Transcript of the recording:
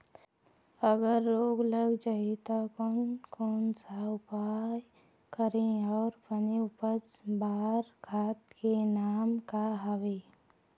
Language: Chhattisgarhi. अगर रोग लग जाही ता कोन कौन सा उपाय करें अउ बने उपज बार खाद के नाम का हवे?